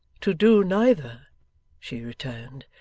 to do neither she returned.